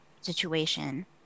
situation